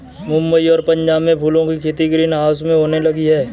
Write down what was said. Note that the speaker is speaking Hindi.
मुंबई और पंजाब में फूलों की खेती ग्रीन हाउस में होने लगी है